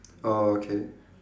oh okay